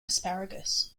asparagus